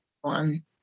one